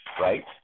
Right